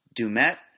Dumet